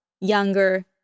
younger